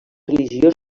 religiós